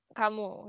kamu